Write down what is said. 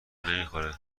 نمیخوره